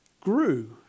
grew